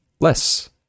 less